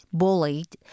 bullied